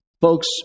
Folks